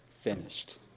finished